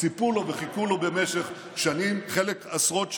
ציפו לו וחיכו לו משך שנים, חלק עשרות שנים.